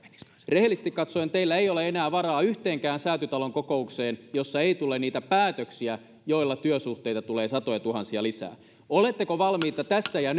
rehellisesti katsoen teillä ei ole enää varaa yhteenkään säätytalon kokoukseen jossa ei tule niitä päätöksiä joilla työsuhteita tulee satoja tuhansia lisää oletteko valmiita tässä ja